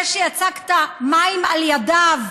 זה שיצקת מים על ידיו,